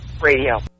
radio